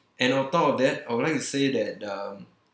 and on top of that I would like to say that um